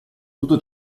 tutto